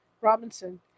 Robinson